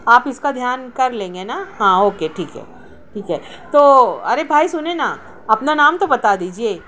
آپ اس کا دھیان کر لیں گے نا ہاں اوکے ٹھیک ہے ٹھیک ہے تو ارے بھائی سنیں نا اپنا نام تو بتا دیجیے